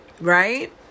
right